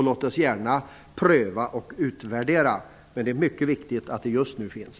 Låt oss gärna pröva och utvärdera, men det är mycket viktigt att de finns just nu.